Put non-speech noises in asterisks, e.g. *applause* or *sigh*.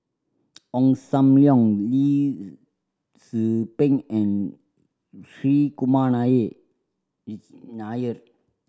Ong Sam Leong Lee Tzu Pheng and Hri Kumar *unintelligible* Nair